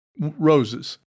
roses